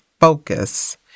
focus